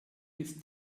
ist